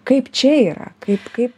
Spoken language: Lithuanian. kaip čia yra kaip kaip